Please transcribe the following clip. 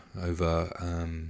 over